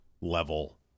level